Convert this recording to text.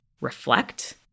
reflect